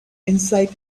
inside